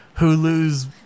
Hulu's